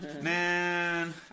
Man